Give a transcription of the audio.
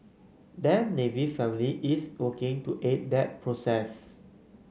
their navy family is working to aid that process